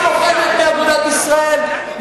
ש"ס פוחדת מאגודת ישראל.